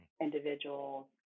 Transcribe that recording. individuals